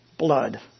Blood